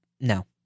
No